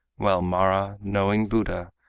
while mara, knowing buddha,